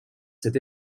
cet